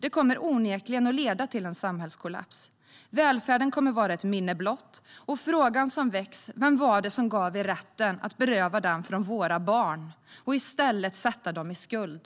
Det kommer onekligen att leda till en samhällskollaps. Välfärden kommer att vara ett minne blott. Frågan som väcks är: Vem var det som gav er rätten att beröva den från våra barn och i stället sätta dem i skuld?